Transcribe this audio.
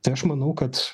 tai aš manau kad